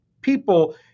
People